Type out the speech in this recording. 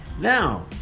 Now